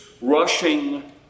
rushing